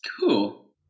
Cool